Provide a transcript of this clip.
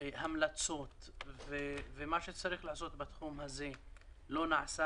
המלצות ומה שצריך לעשות בתחום הזה לא נעשה